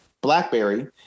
BlackBerry